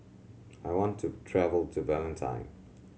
I want to travel to Vientiane